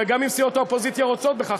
הרי גם אם סיעות האופוזיציה רוצות בכך,